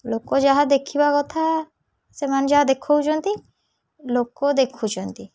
ଲୋକ ଯାହା ଦେଖିବା କଥା ସେମାନେ ଯାହା ଦେଖାଉଛନ୍ତି ଲୋକ ଦେଖୁଛନ୍ତି